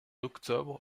octobre